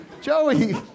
Joey